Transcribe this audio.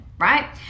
right